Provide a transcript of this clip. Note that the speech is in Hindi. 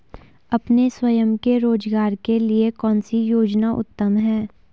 अपने स्वयं के रोज़गार के लिए कौनसी योजना उत्तम है?